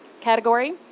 category